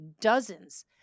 dozens